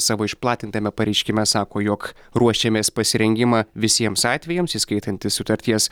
savo išplatintame pareiškime sako jog ruošiamės pasirengimą visiems atvejams įskaitantį sutarties